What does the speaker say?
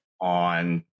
on